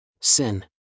Sin